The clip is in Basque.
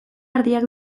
ardiak